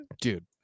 dude